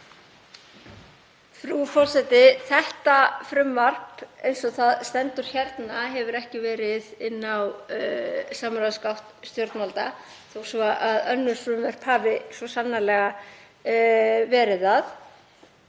Þetta frumvarp eins og það er hérna hefur ekki verið inni í samráðsgátt stjórnvalda þó svo að önnur frumvörp hafi svo sannarlega verið það.